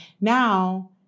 Now